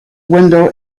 window